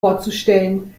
vorzustellen